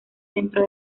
dentro